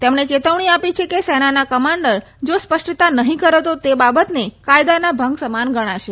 તેમણે ચેતવણી આપી છે કે સેનાના કમાન્ડર જો સ્પષ્ટતા નહી કરે તો તે બાબતને કાયદાના ભંગ સમાન ગણાશે